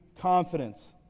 confidence